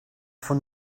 von